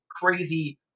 crazy